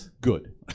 Good